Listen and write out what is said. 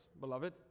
beloved